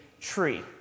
tree